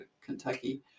Kentucky